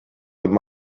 him